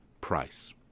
price